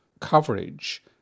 coverage